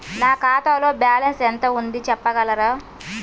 నా ఖాతాలో బ్యాలన్స్ ఎంత ఉంది చెప్పగలరా?